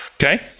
Okay